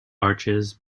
arches